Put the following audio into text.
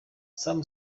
sam